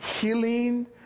healing